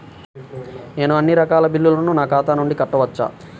నేను అన్నీ రకాల బిల్లులను నా ఖాతా నుండి కట్టవచ్చా?